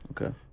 Okay